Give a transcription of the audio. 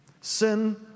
Sin